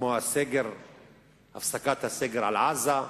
כמו הפסקת הסגר על עזה,